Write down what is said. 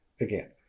again